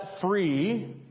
free